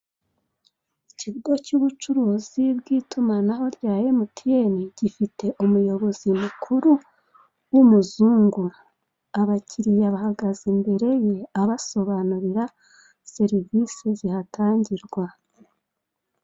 Ikigo cy'ubucuruzi bw'itumanaho rya emutiyeni gifite umuyobozi mukuru w'umuzungu, abakiriya bahagaze imbere ye abasobanurira serivise zihatangirwa.